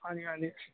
ਹਾਂਜੀ ਹਾਂਜੀ